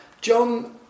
John